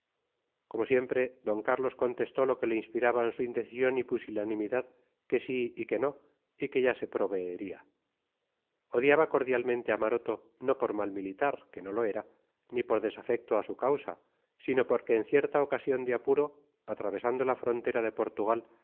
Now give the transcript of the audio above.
como siempre d carlos contestó lo que le inspiraban su indecisión y pusilanimidad que sí y que no y que ya se proveería odiaba cordialmente a maroto no por mal militar que no lo era ni por desafecto a su causa sino porque en cierta ocasión de apuro atravesando la frontera de portugal